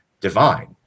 divine